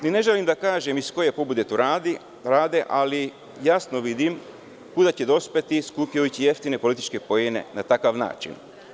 Ne želim da kažem iz koje pobude to rade, ali, jasno vidim kuda će dospeti skupljajući jeftine političke poene na takav način.